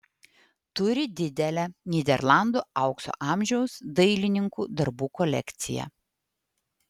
turi didelę nyderlandų aukso amžiaus dailininkų darbų kolekciją